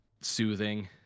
soothing